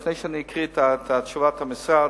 לפני שאני אקריא את תשובת המשרד,